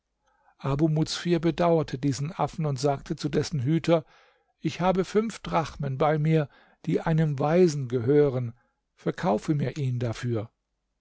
abu muzfir bedauerte diesen affen und sagte zu dessen hüter ich habe fünf drachmen bei mir die einem waisen gehören verkaufe mir ihn dafür